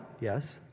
yes